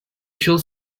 should